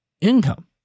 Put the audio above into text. income